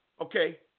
okay